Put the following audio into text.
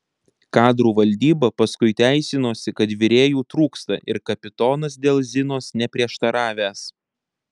kadrų valdyba paskui teisinosi kad virėjų trūksta ir kapitonas dėl zinos neprieštaravęs